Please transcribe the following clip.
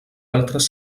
altres